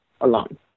alone